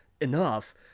enough